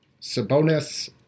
Sabonis